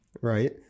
right